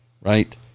right